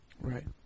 Right